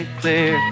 clear